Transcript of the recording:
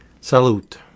Salute